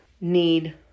need